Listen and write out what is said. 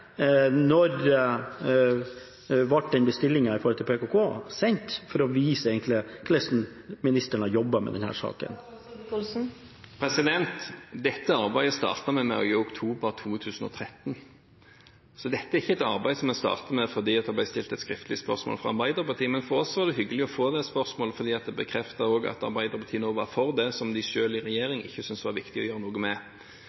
Når ble bestillingen sendt med hensyn til PKK? Dette egentlig for å vise hvordan ministeren har jobbet med denne saken. Dette arbeidet startet vi med i oktober 2013, så dette er ikke et arbeid som vi startet med fordi det ble stilt et skriftlig spørsmål fra Arbeiderpartiet. Men for oss var det hyggelig å få det spørsmålet fordi det også bekreftet at Arbeiderpartiet nå var for det som de selv i regjering ikke syntes var viktig å gjøre noe med.